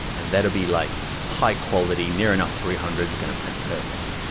and that'll be like high quality, near enough three hundred, it's gonna print perfect.